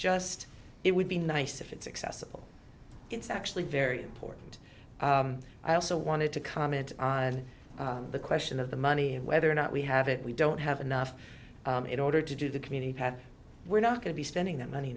just it would be nice if it's accessible it's actually very important i also wanted to comment on the question of the money and whether or not we have it we don't have enough in order to do the community we're not going to be spending that money